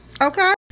Okay